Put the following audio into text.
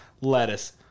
Lettuce